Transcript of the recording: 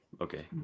Okay